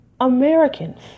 Americans